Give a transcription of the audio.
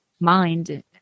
mind